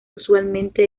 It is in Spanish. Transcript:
usualmente